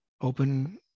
open